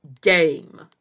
game